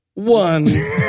One